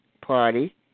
Party